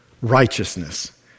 righteousness